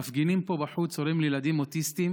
מפגינים פה בחוץ הורים לילדים אוטיסטים